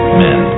men